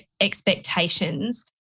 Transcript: expectations